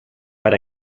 per